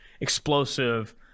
explosive